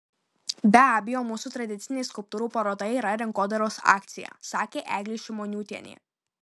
be abejo mūsų tradicinė skulptūrų paroda yra rinkodaros akcija sakė eglė šimoniūtienė